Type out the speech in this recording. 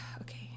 Okay